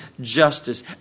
justice